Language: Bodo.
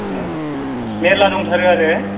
ए मेल्ला दंथारो आरो